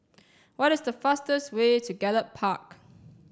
what is the fastest way to Gallop Park